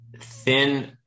thin